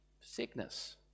sickness